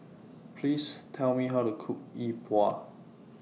Please Tell Me How to Cook Yi Bua